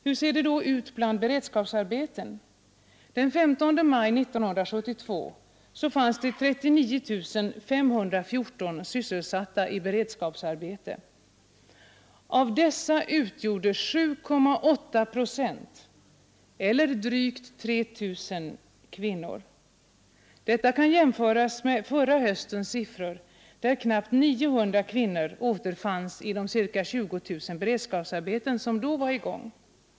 Hur ser det då ut bland beredskapsarbetena? Den 15 maj 1972 fanns det 39 514 sysselsatta i beredskapsarbete. Av dessa utgjorde 7,8 procent eller drygt 3 000 kvinnor. Detta kan jämföras med förra höstens siffror, där knappt 900 kvinnor återfanns i de ca 20 000 beredskapsarbeten som då var i gång.